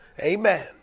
Amen